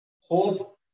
hope